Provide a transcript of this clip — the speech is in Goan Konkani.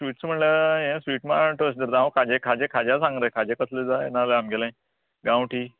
स्वीट म्हणल्यार ह्ये स्वीट मार्ट राव खाजें खाजें खाजें खाज्या सांग रे खाजे कसले जाय जाय नाल्या आमगेलें गांवठी